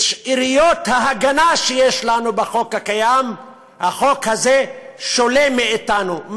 את שאריות ההגנה שיש לנו בחוק הקיים החוק הזה שולל מאתנו,